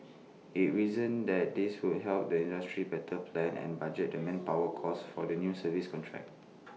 IT reasoned that this would help the industry better plan and budget the manpower costs for new service contracts